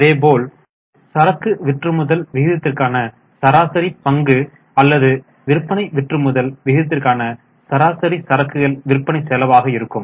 அதேபோல் இது சரக்கு விற்றுமுதல் விகிதத்திற்கான சராசரி பங்கு அல்லது விற்பனை விற்றுமுதல் விகிதத்திற்கான சராசரி சரக்குகள் விற்பனை செலவாக இருக்கும்